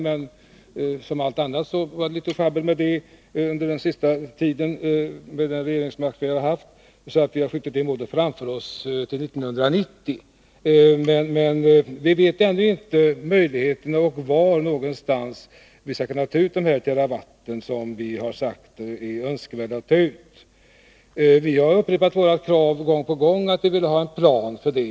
Men som med allt annat har det också i detta avseende varit litet sjabbel under den sista tiden, på grund av den regeringsmakt som vi har haft. Därför har vi skjutit det målet framför oss till 1990. Vi känner ju ännu inte till vilka möjligheter som finns och var någonstans vi skall kunna ta ut de terawatt som vi har sagt är önskvärda. Vi har upprepat gång på gång våra krav att vi vill ha en plan för det här.